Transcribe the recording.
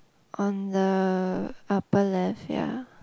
on the upper left ya